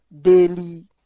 daily